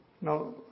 Now